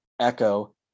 echo